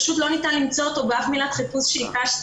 פשוט לא ניתן למצוא אותו עם אף מילת חיפוש שהקשתי.